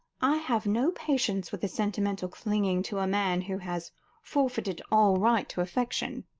i have no patience with the sentimental clinging to a man who has forfeited all right to affection.